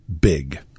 Big